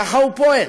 ככה הוא פועל.